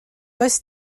does